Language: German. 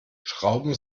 schrauben